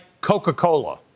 Coca-Cola